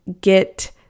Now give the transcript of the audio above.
get